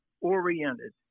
oriented